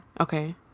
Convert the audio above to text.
Okay